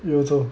you also